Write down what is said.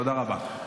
תודה רבה.